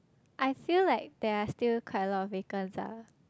I feel like there are still quite a lot of vacants ah